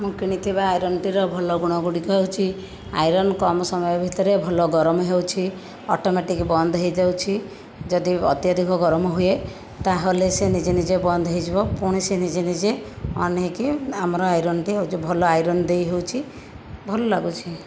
ମୁଁ କିଣିଥିବା ଆଇରନ୍ଟିର ଭଲ ଗୁଣ ଗୁଡ଼ିକ ହେଉଛି ଆଇରନ୍ କମ ସମୟ ଭିତରେ ଭଲ ଗରମ ହେଉଛି ଅଟୋମେଟିକ ବନ୍ଦ ହୋଇ ଯାଉଛି ଯଦି ଅତ୍ୟାଧିକ ଗରମ ହୁଏ ତାହଲେ ସେ ନିଜେ ନିଜେ ବନ୍ଦ ହୋଇଯିବ ପୁଣି ସେ ନିଜେ ନିଜେ ଅନ୍ ହୋଇକି ଆମର ଆଇରନ୍ଟି ଏଇ ଯେଉଁ ଭଲ ଆଇରନ୍ ଦେଇ ହେଉଛି ଭଲ ଲାଗୁଛି